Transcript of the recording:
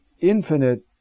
infinite